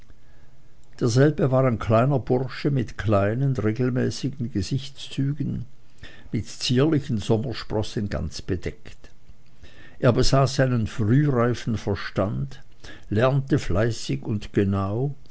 derselbe war ein kleiner bursche mit kleinen regelmäßigen gesichtszügen mit zierlichen sommersprossen ganz bedeckt er besaß einen frühreifen verstand lernte fleißig und genau